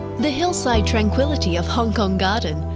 the hillside tranquility of hong kong garden,